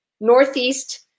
Northeast